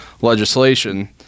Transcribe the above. legislation